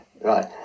right